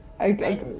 Okay